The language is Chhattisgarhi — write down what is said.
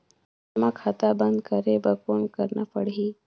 जमा खाता बंद करे बर कौन करना पड़ही?